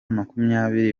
makumyabiri